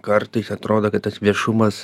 kartais atrodo kad tas viešumas